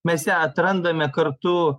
mes ją atrandame kartu